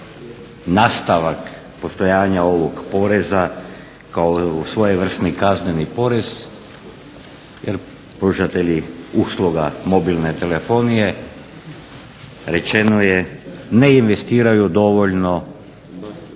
nastavak postojanja ovog poreza kao svojevrsni kazneni porez jer pružatelji usluga mobilne telefonije rečeno je ne investiraju dovoljno